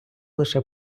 лише